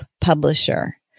publisher